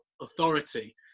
authority